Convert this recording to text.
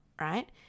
right